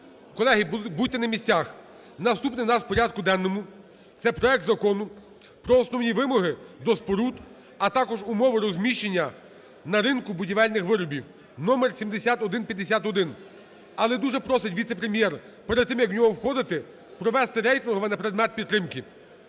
Колеги, будьте на місцях. Наступний у нас в порядку денному – це проект Закону про основні вимоги до споруд, а також умови розміщення на ринку будівельних виробів (№7151). Але дуже просить віце-прем'єр перед тим як в нього входити провести рейтингове на предмет підтримки.